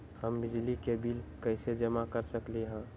हम बिजली के बिल कईसे जमा कर सकली ह?